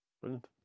Brilliant